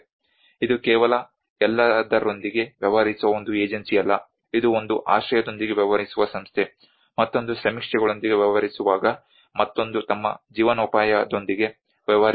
ಇದು ಕೇವಲ ಎಲ್ಲದರೊಂದಿಗೆ ವ್ಯವಹರಿಸುವ ಒಂದು ಏಜೆನ್ಸಿಯಲ್ಲ ಇದು ಒಂದು ಆಶ್ರಯದೊಂದಿಗೆ ವ್ಯವಹರಿಸುವ ಸಂಸ್ಥೆ ಮತ್ತೊಂದು ಸಮೀಕ್ಷೆಗಳೊಂದಿಗೆ ವ್ಯವಹರಿಸುವಾಗ ಮತ್ತೊಂದು ತಮ್ಮ ಜೀವನೋಪಾಯದೊಂದಿಗೆ ವ್ಯವಹರಿಸುತ್ತದೆ